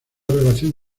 relación